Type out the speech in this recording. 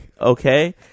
okay